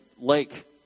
lake